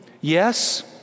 Yes